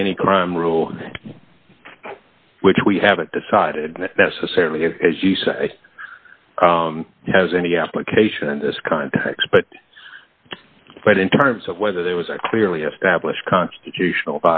the any crime rule which we haven't decided that society as you say has any application in this context but but in terms of whether there was a clearly established constitutional